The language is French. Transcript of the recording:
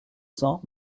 cents